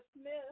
Smith